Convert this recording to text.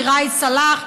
מראאד סלאח,